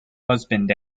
husband